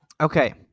Okay